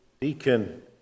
Deacon